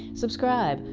subscribe,